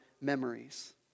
memories